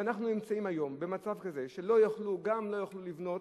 ואנחנו נמצאים היום במצב כזה שגם לא יוכלו לבנות,